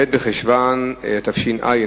ב' בחשוון התש"ע,